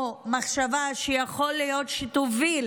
או מחשבה שיכול להיות שתוביל